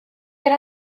ceir